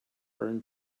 burn